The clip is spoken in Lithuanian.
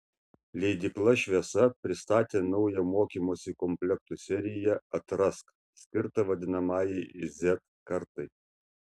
leidykla šviesa pristatė naują mokymosi komplektų seriją atrask skirtą vadinamajai z kartai